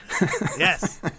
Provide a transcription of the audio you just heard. Yes